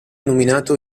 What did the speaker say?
nominato